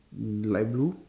mm light blue